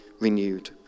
renewed